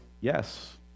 yes